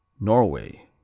Norway